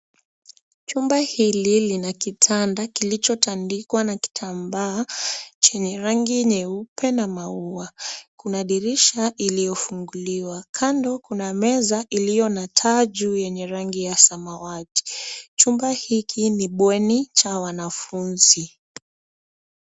Chumba hili lina kitanda kilichotandikwa na kitambaa chenye rangi nyeupe na maua. Kuna dirisha iliyofunguliwa. Kando, kuna meza iliyo na taa juu yenye rangi ya samawati. Chumba hiki ni bweni cha wanafunzi.